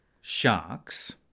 Sharks